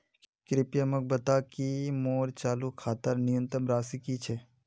कृपया मोक बता कि मोर चालू खातार न्यूनतम राशि की छे